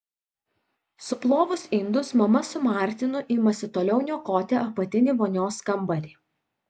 suplovus indus mama su martinu imasi toliau niokoti apatinį vonios kambarį